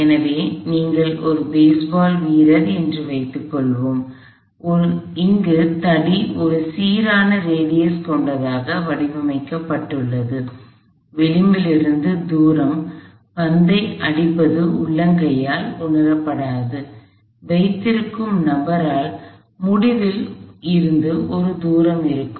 எனவே நீங்கள் ஒரு பேஸ்பால் வீரர் என்று வைத்துக்கொள்வோம் அங்கு தடி ஒரு சீரான ஆரம் கொண்டதாக வடிவமைக்கப்பட்டுள்ளது விளிம்பிலிருந்து தூரம் பந்தை அடிப்பது உள்ளங்கையால் உணரப்படாது வைத்திருக்கும் நபரால் முடிவில் இருந்து ஒரு தூரம் இருக்கும்